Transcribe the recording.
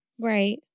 Right